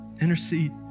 Intercede